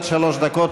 עד שלוש דקות,